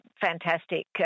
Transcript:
fantastic